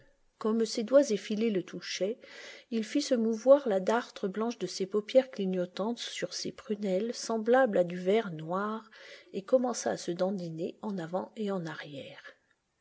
comme ses doigts effilés le touchaient il fit se mouvoir la dartre blanche de ses paupières clignotantes sur ses prunelles semblables à du verre noir et commença à se dandiner en avant et en arrière